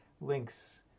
links